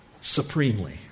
Supremely